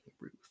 Ruth